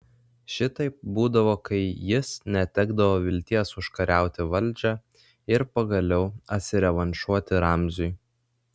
šitaip būdavo kai jis netekdavo vilties užkariauti valdžią ir pagaliau atsirevanšuoti ramziui